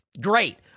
Great